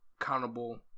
Accountable